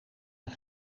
een